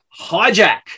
Hijack